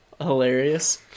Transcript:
Hilarious